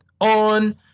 on